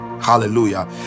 Hallelujah